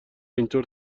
اینطور